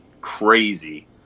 crazy